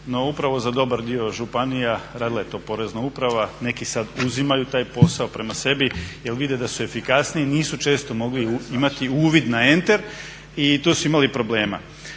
No, upravo za dobar dio županija radila je to porezna uprava, neki sad uzimaju taj posao prema sebi jer vide da su efikasniji i nisu često mogli imati uvid na enter i tu su imali problema.